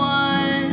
one